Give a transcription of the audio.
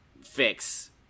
fix